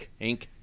Inc